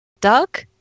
Doug